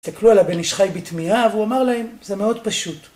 הסתכלו על הבן איש חי בתמיהה והוא אמר להם, זה מאוד פשוט.